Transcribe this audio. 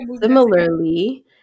Similarly